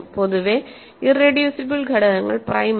പൊതുവേ ഇറെഡ്യൂസിബിൾ ഘടകങ്ങൾ പ്രൈം അല്ല